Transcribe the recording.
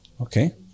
Okay